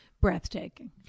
breathtaking